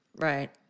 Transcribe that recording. Right